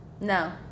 No